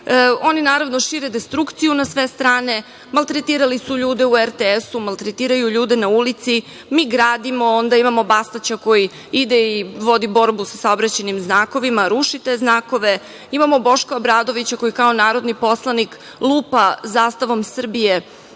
Oni, naravno šire destrukciju na sve strane, maltretirali su ljudi u RTS-u, maltretiraju ljude na ulici. Mi gradimo, a onda imamo Bastaća koji ide i vodi borbu sa saobraćajnim znakovima, ruši te znakove. Imamo Boška Obradovića koji, kao narodni poslanik, lupa zastavom Srbije